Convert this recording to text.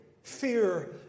Fear